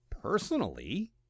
personally